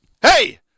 Hey